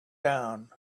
down